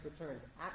returns